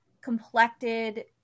complected